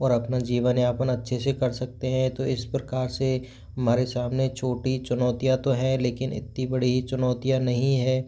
और अपना जीवन यापन अच्छे से कर सकते हैं तो इस प्रकार से हमारे सामने छोटी चुनौतियाँ तो हैं लेकिन इतनी बड़ी ही चुनौतियाँ नहीं है